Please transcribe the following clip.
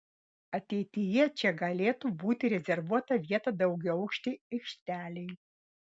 ateityje čia galėtų būti rezervuota vieta daugiaaukštei aikštelei